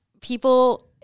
people